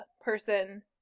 person